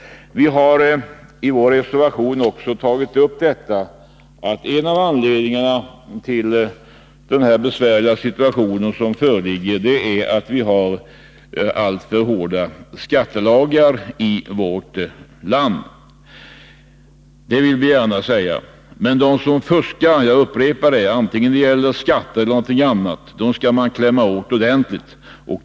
Vi har i vår reservation tagit upp detta och sagt att en av anledningarna till den besvärliga situation som föreligger är att vi har alltför hårda skattelagar i vårt land. Det vill vi gärna säga, men den som fuskar — jag upprepar det —, antingen det gäller skatter eller något annat, skall man klämma åt ordentligt.